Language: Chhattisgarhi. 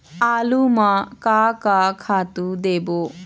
आलू म का का खातू देबो?